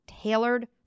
tailored